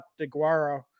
DeGuara